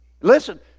Listen